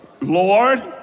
Lord